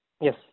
Yes